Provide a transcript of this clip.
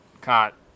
caught